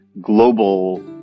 global